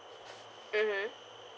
mmhmm